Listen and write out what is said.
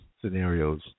scenarios